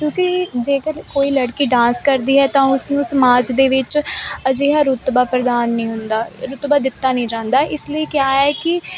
ਕਿਉਂਕੀ ਜੇਕਰ ਕੋਈ ਲੜਕੀ ਡਾਂਸ ਕਰਦੀ ਹੈ ਤਾਂ ਉਸਨੂੰ ਸਮਾਜ ਦੇ ਵਿੱਚ ਅਜਿਹਾ ਰੁਤਬਾ ਪ੍ਰਦਾਨ ਨਹੀਂ ਹੁੰਦਾ ਰੁਤਬਾ ਦਿੱਤਾ ਨਹੀਂ ਜਾਂਦਾ ਇਸ ਲਈ ਕਿਆ ਹੈ ਕਿ ਜੋ